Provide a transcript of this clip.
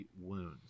wounds